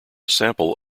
sample